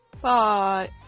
Bye